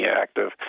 active